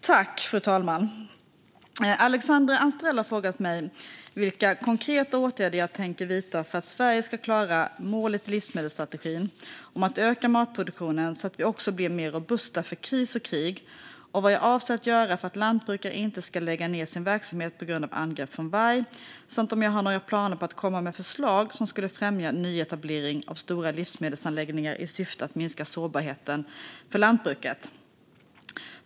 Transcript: Fru talman! Alexandra Anstrell har frågat mig vilka konkreta åtgärder jag tänker vidta för att Sverige ska klara målet i livsmedelsstrategin om att öka matproduktionen så att vi också blir mer robusta för kris och krig, vad jag avser att göra för att lantbrukare inte ska lägga ned sin verksamhet på grund av angrepp från varg samt om jag har några planer på att komma med förslag som skulle främja nyetablering av stora livsmedelsanläggningar i syfte att minska sårbarheten för lantbruket.